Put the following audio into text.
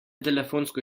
telefonsko